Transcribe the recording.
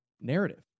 narrative